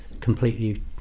completely